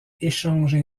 échangent